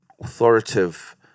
authoritative